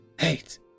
hate